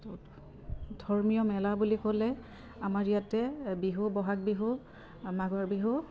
ধৰ্মীয় মেলা বুলি ক'লে আমাৰ ইয়াতে বিহু বহাগ বিহু মাঘৰ বিহু